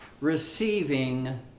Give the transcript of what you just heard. Receiving